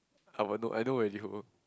I would know I know already who